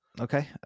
Okay